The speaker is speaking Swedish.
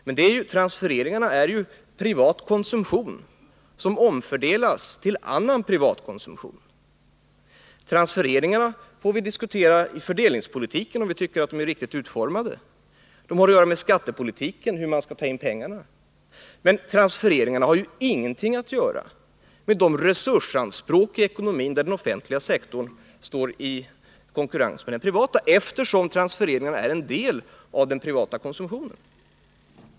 Men transfereringarna är ju privat konsumtion som omfördelas till annan privat konsumtion. Om vi tycker att transfereringarna är riktigt utformade eller inte får vi diskutera i debatten om fördelningspolitiken. De har att göra med skattepolitiken och hur man skall ta in pengarna, men transfereringarna har ingenting att göra med de resursanspråk i ekonomin där den offentliga sektorn står i konkurrens med den privata, eftersom transfereringarna är en del av den privata konsumtionen.